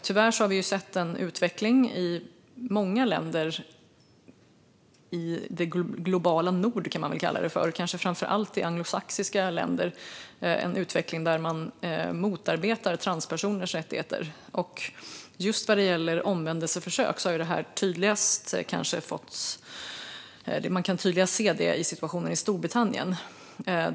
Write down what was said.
Tyvärr har vi sett en utveckling i många länder i det globala nord, kan man väl kalla det för, kanske framför allt i anglosaxiska länder, där man motarbetar transpersoners rättigheter. Just omvändelseförsök kan man tydligast se i Storbritannien.